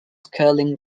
curling